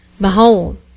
behold